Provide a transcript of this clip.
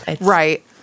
Right